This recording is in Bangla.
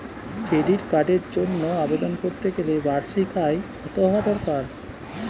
ক্রেডিট কার্ডের জন্য আবেদন করতে গেলে বার্ষিক আয় কত হওয়া দরকার?